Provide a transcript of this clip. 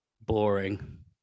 Boring